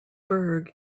burgh